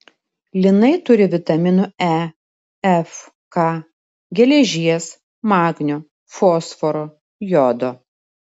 linai turi vitaminų e f k geležies magnio fosforo jodo